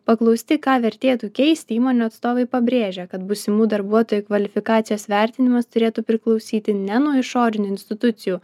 paklausti ką vertėtų keisti įmonių atstovai pabrėžia kad būsimų darbuotojų kvalifikacijos vertinimas turėtų priklausyti ne nuo išorinių institucijų